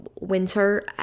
winter